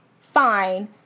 fine